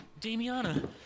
Damiana